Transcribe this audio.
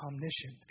omniscient